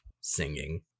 singing